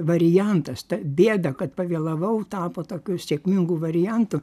variantas ta bėda kad pavėlavau tapo tokiu sėkmingu variantu